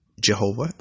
Jehovah